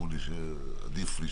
היא גם חלק ממנה,